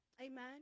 Amen